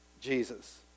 Jesus